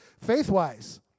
faith-wise